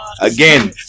Again